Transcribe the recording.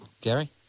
Gary